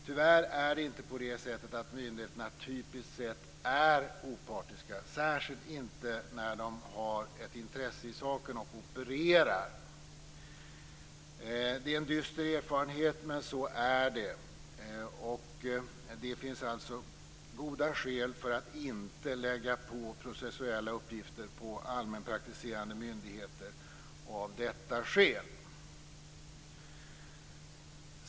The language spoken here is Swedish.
Tyvärr är det inte på det sättet att myndigheterna typiskt sett är opartiska, särskilt inte när de har ett intresse i saken och opererar. Det är en dyster erfarenhet, men så är det. Det finns alltså goda skäl för att inte lägga på processuella uppgifter på allmänpraktiserande myndigheter av detta skäl.